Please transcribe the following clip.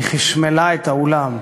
היא חשמלה את האולם.